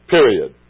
Period